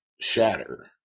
Shatter